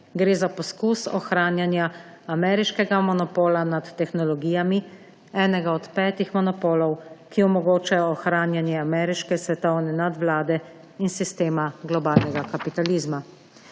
Gre za poskus ohranjanja ameriškega monopola nad tehnologijami, enega od petih monopolov, ki omogočajo ohranjanje ameriške svetovne nadvlade in sistema globalnega kapitalizma.